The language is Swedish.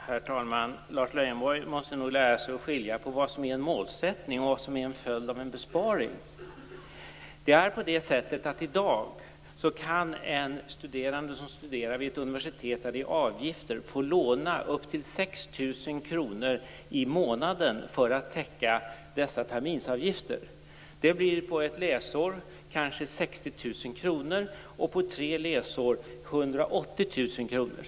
Herr talman! Lars Leijonborg måste nog lära sig att skilja mellan vad som är en målsättning och vad som är en följd av en besparing. I dag kan en studerande som studerar vid ett universitet där det är avgifter få låna upp till 6 000 kronor i månaden för att täcka terminsavgifterna. Det blir på ett läsår kanske 60 000 kronor. På tre läsår blir det 180 000 kronor.